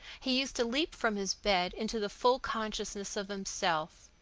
he used to leap from his bed into the full consciousness of himself.